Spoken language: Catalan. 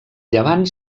llevant